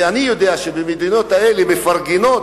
ואני יודע שבמדינות האלה המדינה מפרגנת